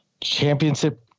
championship